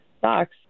socks